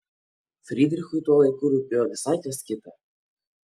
frydrichui tuo laiku rūpėjo visai kas kita